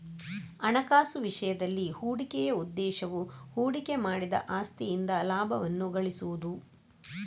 ಹಣಕಾಸು ವಿಷಯದಲ್ಲಿ, ಹೂಡಿಕೆಯ ಉದ್ದೇಶವು ಹೂಡಿಕೆ ಮಾಡಿದ ಆಸ್ತಿಯಿಂದ ಲಾಭವನ್ನು ಗಳಿಸುವುದು